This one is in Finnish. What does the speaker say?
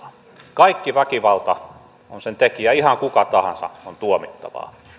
kaikki väkivalta on sen tekijä ihan kuka tahansa on tuomittavaa